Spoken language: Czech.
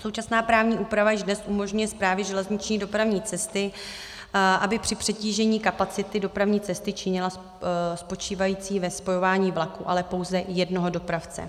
Současná právní úprava již dnes umožňuje Správě železniční dopravní cesty, aby při přetížení kapacity dopravní cesty činila... spočívající ve spojování vlaků, ale pouze jednoho dopravce.